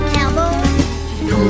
Cowboy